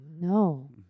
no